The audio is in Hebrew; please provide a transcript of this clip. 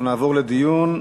אנחנו נעבור לדיון.